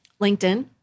LinkedIn